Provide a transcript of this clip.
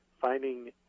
finding